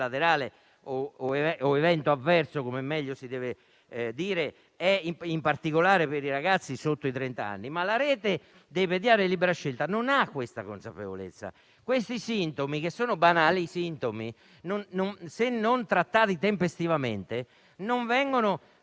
o evento avverso - come meglio si deve dire - è in particolare per i ragazzi sotto i trent'anni, ma la rete dei pediatri libera scelta non ha questa consapevolezza; questi sintomi che sono banali, se non trattati tempestivamente o